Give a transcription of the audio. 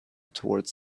toward